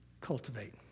Cultivate